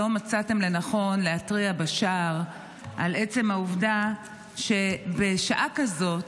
לא מצאתם לנכון להתריע בשער על עצם העובדה שבשעה כזאת